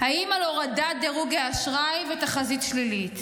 האם על הורדת דירוג האשראי ותחזית שלילית?